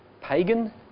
pagan